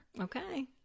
Okay